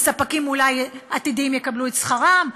וספקים עתידיים אולי יקבל את שכרם,